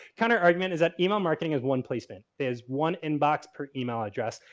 counter-argument is that email marketing is one placement, is one inbox per email address,